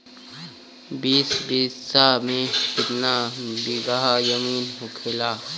बीस बिस्सा में कितना बिघा जमीन होखेला?